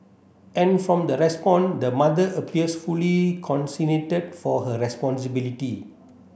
and from the response the mother appears fully for her responsibility